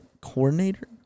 coordinator